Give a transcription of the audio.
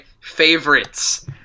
favorites